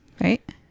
right